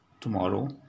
tomorrow